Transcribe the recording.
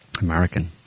American